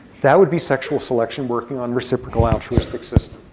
that would be sexual selection working on reciprocal altruism like system.